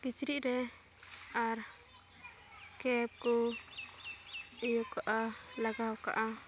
ᱠᱤᱪᱨᱤᱡ ᱨᱮ ᱟᱨ ᱠᱮᱯ ᱠᱚ ᱤᱭᱟᱹ ᱠᱚᱜᱼᱟ ᱞᱟᱜᱟᱣ ᱠᱟᱜᱼᱟ